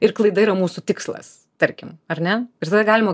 ir klaida yra mūsų tikslas tarkim ar ne ir tada galima